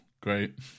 Great